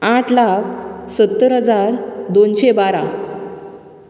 आठ लाख सत्तर हजार दोनशें बारा